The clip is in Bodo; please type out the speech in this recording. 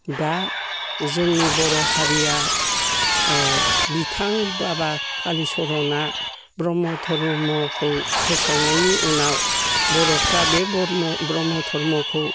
दा जोंनि बर'हारिया ओ बिथां बाबा कालिचरण आ ब्रह्म धर्मखौ फोसावनायनि उनाव बर'फ्रा बे ब्रह्म धर्मखौ